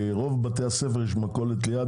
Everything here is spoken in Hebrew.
כי ברוב בתי הספר יש מכולת ליד,